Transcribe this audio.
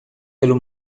pelo